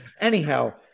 Anyhow